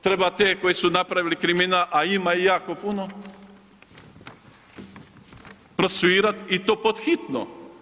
Treba te koji su napravili kriminal, a ima ih jako puno prosvirat i to pod hitno.